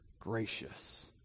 gracious